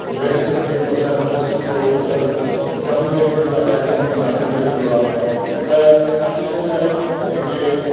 western जेको असांजो पश्चिम जो असरु त सभिनी हंधु पियो आहे ऐं सभिनी जातियुनि ते पियो आहे त अॼुकल्ह जेके